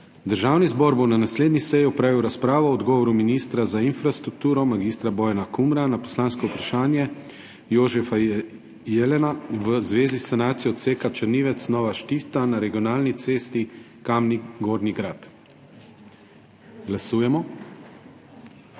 Državni zbor bo na naslednji seji opravil razpravo o odgovoru ministra za infrastrukturo mag. Bojana Kumra na poslansko vprašanje Jožefa Jelena v zvezi s sanacijo odseka Črnivec–Nova Štifta na regionalni cesti Kamnik–Gornji Grad. Glasujemo.